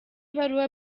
ibaruwa